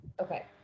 Okay